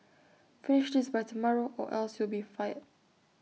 finish this by tomorrow or else you'll be fired